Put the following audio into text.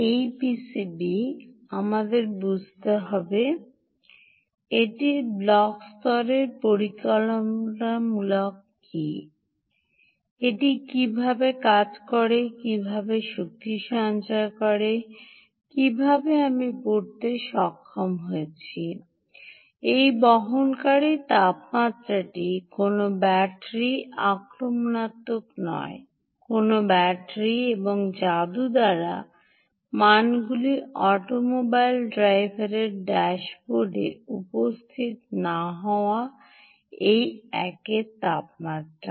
এই পিসিবি থেকে আমাদের বুঝতে হবে এটির ব্লক স্তরের পরিকল্পনামূলক এটি কীভাবে কাজ করে কীভাবে শক্তি সঞ্চয় করে কীভাবে আমি পড়তে সক্ষম হয়েছি এই বহনকারী তাপমাত্রাটি কোনও ব্যাটারি আক্রমণাত্মক নয় কোনও ব্যাটারি এবং যাদু দ্বারা মানগুলি অটোমোবাইল ড্রাইভারের ড্যাশবোর্ডেAutomobile Driver's Dashboard উপস্থিত না হওয়া এই একের তাপমাত্রা